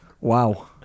Wow